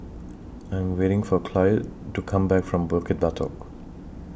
I Am waiting For Cloyd to Come Back from Bukit Batok